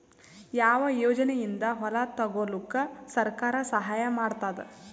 ಯಾವ ಯೋಜನೆಯಿಂದ ಹೊಲ ತೊಗೊಲುಕ ಸರ್ಕಾರ ಸಹಾಯ ಮಾಡತಾದ?